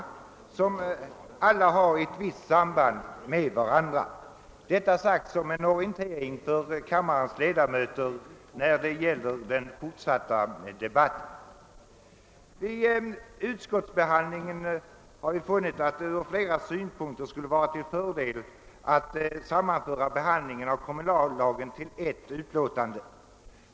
Dessa propositioner har alla ett visst samband med varandra. Jag säger detta som en orientering för kammarens ledamöter inför den fortsatta debatten. Vid utskottsbehandlingen har vi funnit att det från flera synpunkter skulle ha varit till fördel att sammanföra behandlingen av kommunallagen till ett utlåtande.